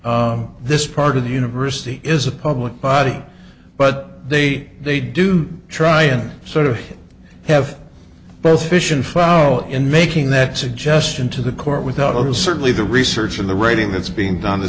this part of the university is a public body but they they do try and sort of have both fission fowle in making that suggestion to the court without those certainly the research and the reading that's being done to